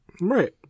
Right